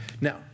Now